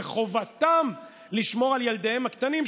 וחובתם לשמור על ילדיהם הקטנים.